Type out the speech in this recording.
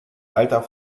alter